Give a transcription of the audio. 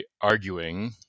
arguing